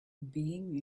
being